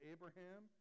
Abraham